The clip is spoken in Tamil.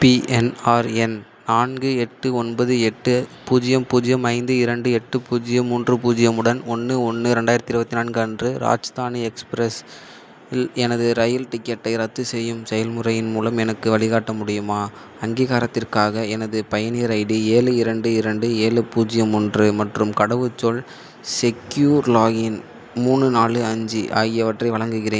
பிஎன்ஆர் எண் நான்கு எட்டு ஒன்பது எட்டு பூஜ்யம் பூஜ்யம் ஐந்து இரண்டு எட்டு பூஜ்யம் மூன்று பூஜ்யம் உடன் ஒன்று ஒன்று ரெண்டாயிரத்தி இருபத்தி நான்கு அன்று ராஜஸ்தானி எக்ஸ்பிரஸ் இல் எனது ரயில் டிக்கெட்டை ரத்துசெய்யும் செயல்முறையின் மூலம் எனக்கு வழிகாட்ட முடியுமா அங்கீகாரத்திற்காக எனது பயனர் ஐடி ஏழு இரண்டு இரண்டு ஏழு பூஜ்யம் ஒன்று மற்றும் கடவுச்சொல் செக்யூர் லாகின் மூணு நாலு அஞ்சு ஆகியவற்றை வழங்குகிறேன்